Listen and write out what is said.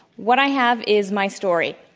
what i have is my story.